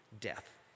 death